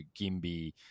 Gimby